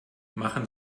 machen